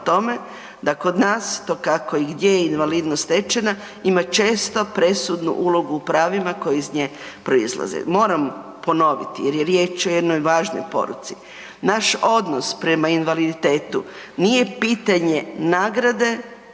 tome, da kod nas, to kako i gdje je invalidnost stečena, ima često presudnu ulogu u pravima koji iz nje proizlaze. Moram ponoviti jer je riječ o jednoj važnoj poruci. Naš odnos prema invaliditetu nije pitanje nagrade,